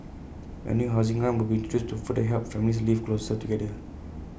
A new housing grant will be introduced to further help families live closer together